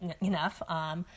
enough